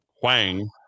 Huang